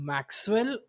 Maxwell